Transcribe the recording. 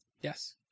Yes